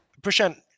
Prashant